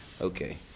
Okay